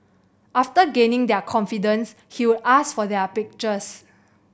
after gaining their confidence he would ask for their pictures